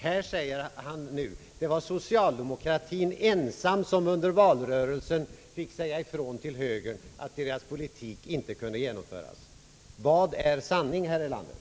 Här förklarar han nu att det var socialdemokratien ensam som under valrörelsen fick säga ifrån till högern att högerns politik inte kunde genomföras. Vad är sanning, herr Erlander?